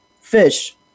fish